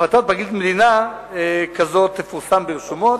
החלטת פרקליט מדינה כזאת תפורסם ברשומות.